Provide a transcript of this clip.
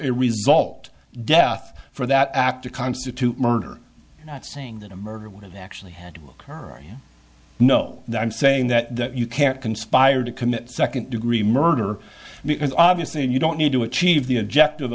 a result death for that act to constitute murder saying that a murder when they actually had to occur you know that i'm saying that you can't conspire to commit second degree murder because obviously you don't need to achieve the objective